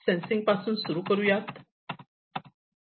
तर आपण सेन्सिंग पासून सुरु करु